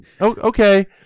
Okay